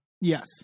yes